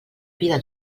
vida